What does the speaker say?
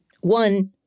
one